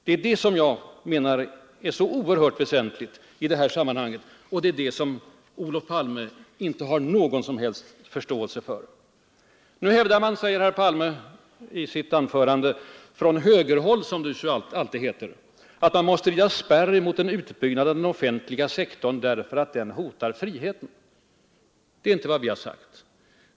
Det är det jag menar är oerhört väsentligt i detta sammanhang, och det är det som Olof Palme inte har någon som helst förståelse för. Nu hävdar man, säger herr Palme i sitt anförande, från högerhåll — som det alltid heter — att vi måste rida spärr mot en utbyggnad av den offentliga sektorn, därför att den hotar friheten. Det är inte vad vi har sagt!